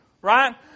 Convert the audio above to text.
right